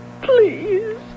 Please